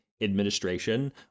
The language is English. administration